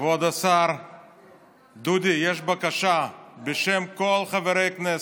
כבוד השר, דודי, יש בקשה בשם כל חברי הכנסת,